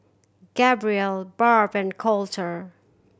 Gabrielle Barb and Colter